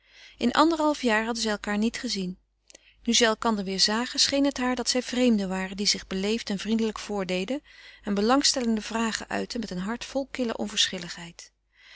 in anderhalf jaar hadden zij elkaâr niet gezien nu zij elkander weêr zagen scheen het haar dat zij vreemden waren die zich beleefd en vriendelijk voordeden en belangstellende vragen uitten met een hart vol kille onverschilligheid